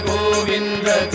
Govinda